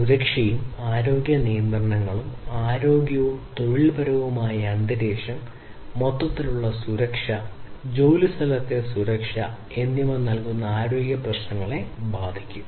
സുരക്ഷയും ആരോഗ്യ നിയന്ത്രണങ്ങളും ആരോഗ്യകരവും തൊഴിൽപരവുമായ അന്തരീക്ഷം മൊത്തത്തിലുള്ള സുരക്ഷ ജോലിസ്ഥലത്തെ സുരക്ഷ എന്നിവ നൽകുന്ന ആരോഗ്യപ്രശ്നങ്ങളെ ബാധിക്കും